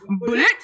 bullet